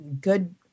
good